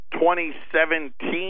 2017